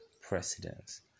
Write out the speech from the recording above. precedence